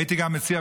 הייתי גם מציע,